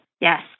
Yes